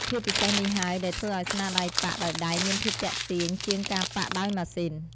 ភាពពិសេសនេះហើយដែលធ្វើឱ្យស្នាដៃប៉ាក់ដោយដៃមានភាពទាក់ទាញជាងការប៉ាក់ដោយម៉ាស៊ីន។